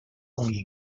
供应